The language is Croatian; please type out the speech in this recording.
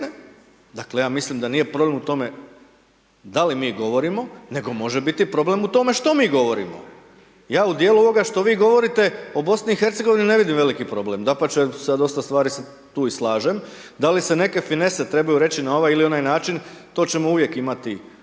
dakle, ja mislim da nije u problem u tome da li mi govorimo nego može biti problem što mi govorimo. Ja u dijelu ovoga što vi govorite o BiH ne vidim veliki problem, dapače, sa dosta stvari se tu i slažem. Da li se neke finese trebaju reći na ovaj ili onaj način, to ćemo uvijek imati, to ćemo